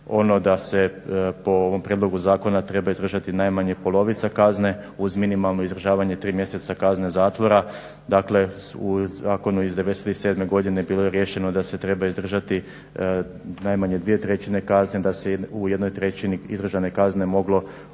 ono da se po ovom prijedlogu zakona treba izdržati najmanje polovica kazne uz minimalno izdržavanje 3 mjeseca kazne zatvora. Dakle, u zakonu iz '97. godine bilo je riješeno da se treba izdržati najmanje 2/3 kazne, da se u 1/3 izdržane kazne moglo otpustiti